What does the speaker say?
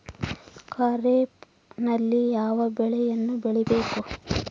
ಖಾರೇಫ್ ನಲ್ಲಿ ಯಾವ ಬೆಳೆಗಳನ್ನು ಬೆಳಿಬೇಕು?